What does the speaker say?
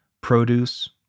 produce